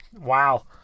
Wow